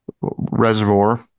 reservoir